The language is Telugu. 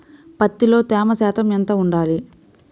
పత్తిలో తేమ శాతం ఎంత ఉండాలి?